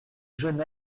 jeune